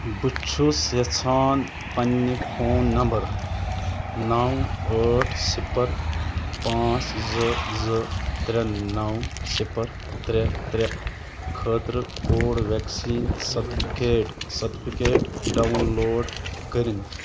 بہٕ چھُس یژھان پننہِ فون نمبر نَو ٲٹھ صِفر پانٛژھ زٕ زٕ ترٛےٚ نَو صِفر ترٛےٚ ترٛےٚ خٲطرٕ covid vaccine certificate certificate download کٔرٕنۍ